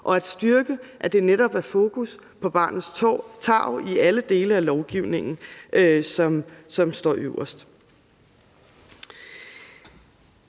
er at styrke, at det netop er fokus på barnets tarv i alle lovgivninger, som står øverst.